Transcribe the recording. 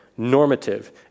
normative